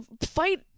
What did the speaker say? fight